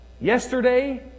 yesterday